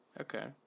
Okay